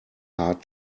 hard